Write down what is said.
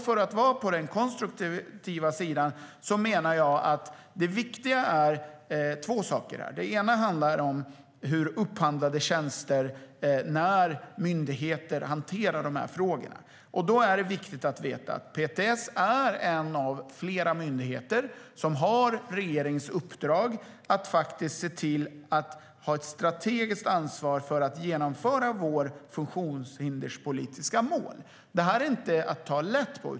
För att vara på den konstruktiva sidan menar jag att det är två saker som här är viktiga. Det ena handlar om upphandlade tjänster när myndigheter hanterar frågorna. Det är viktigt att veta att PTS är en av flera myndigheter som har regeringens uppdrag att se till att ha ett strategiskt ansvar för att genomföra vårt funktionshinderspolitiska mål. Det är inte att ta lätt på.